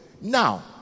now